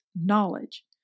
knowledge